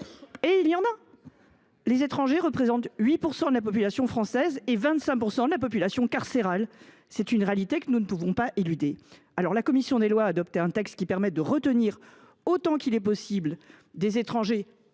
Et il y en a ! Les étrangers représentent 8 % de la population française, mais 25 % de la population carcérale. C’est une réalité que nous ne pouvons éluder. Bravo ! La commission des lois a adopté un texte qui vise à permettre la rétention, autant que possible, des étrangers